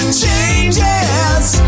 changes